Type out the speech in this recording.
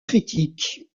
critiques